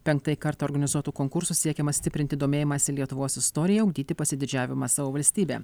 penktąjį kartą organizuotu konkursu siekiama stiprinti domėjimąsi lietuvos istorija ugdyti pasididžiavimą savo valstybe